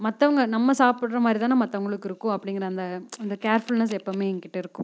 மற்றவங்க நம்ம சாப்பிட்ற மாதிரி தானே மற்றவங்களுக்கு இருக்கும் அப்படிங்கற அந்த அந்த கேர்ஃபுல்னெஸ் எப்பவுமே என்கிட்டே இருக்கும்